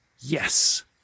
yes